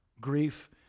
Grief